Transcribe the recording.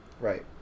Right